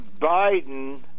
Biden